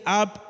up